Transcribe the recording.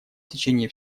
течение